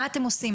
מה אתם עושים?